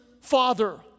father